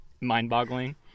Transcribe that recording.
mind-boggling